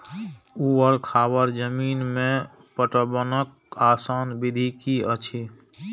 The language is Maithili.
ऊवर खावर जमीन में पटवनक आसान विधि की अछि?